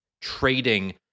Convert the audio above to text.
trading